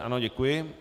Ano, děkuji.